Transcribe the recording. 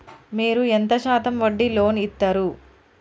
మీరు ఎంత శాతం వడ్డీ లోన్ ఇత్తరు?